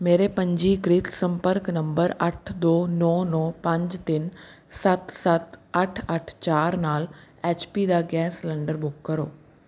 ਮੇਰੇ ਪੰਜੀਕ੍ਰਿਤ ਸੰਪਰਕ ਨੰਬਰ ਅੱਠ ਦੋ ਨੌਂ ਨੌਂ ਪੰਜ ਤਿੰਨ ਸੱਤ ਸੱਤ ਅੱਠ ਅੱਠ ਚਾਰ ਨਾਲ ਐਚ ਪੀ ਦਾ ਗੈਸ ਸਿਲੰਡਰ ਬੁੱਕ ਕਰੋ